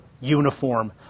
uniform